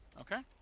Okay